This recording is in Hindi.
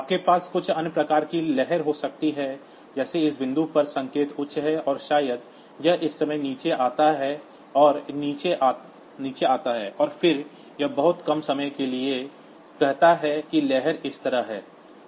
आपके पास कुछ अन्य प्रकार की लहर हो सकती है जैसे इस बिंदु पर संकेत उच्च है और शायद यह इस समय नीचे आता है और नीचे आता है और फिर यह बहुत कम समय के लिए कहता है कि लहर इस तरह है